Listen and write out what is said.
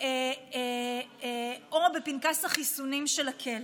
או בפנקס החיסונים של הכלב.